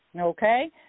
okay